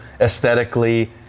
aesthetically